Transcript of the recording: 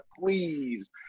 please